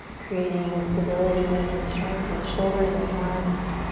creating stability and strength in the shoulders and the arms.